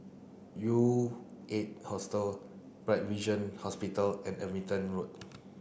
U eight Hostel Bright Vision Hospital and Road